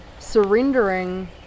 surrendering